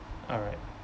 alright